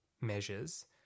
measures